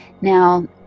Now